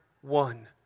one